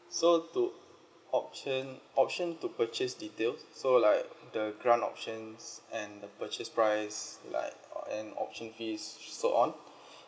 so to option option to purchase details so like the grant option and the purchase price like or and option fee so on